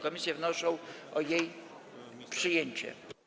Komisje wnoszą o jej przyjęcie.